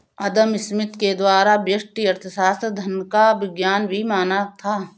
अदम Smith के द्वारा व्यष्टि अर्थशास्त्र धन का विज्ञान भी माना था